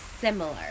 similar